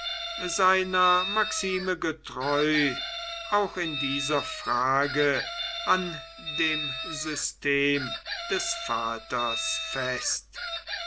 seiner maxime getreu auch in dieser frage an dem system des vaters fest